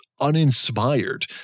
uninspired